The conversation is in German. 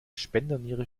spenderniere